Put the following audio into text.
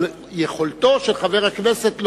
אבל יכולתו של חבר הכנסת לומר: